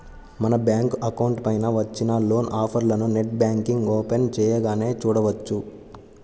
మన bank account పైన వచ్చిన లోన్ ఆఫర్లను నెట్ బ్యాంకింగ్ ఓపెన్ చేయగానే చూడవచ్చు